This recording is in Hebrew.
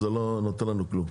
זה לא נותן לנו כלום.